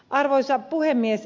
arvoisa puhemies